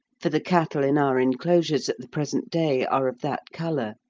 for the cattle in our enclosures at the present day are of that colour.